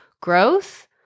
growth